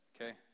Okay